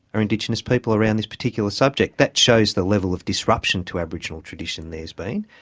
are indigenous people around this particular subject. that shows the level of disruption to aboriginal tradition there has been,